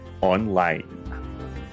online